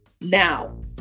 now